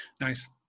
Nice